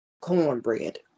cornbread